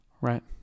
right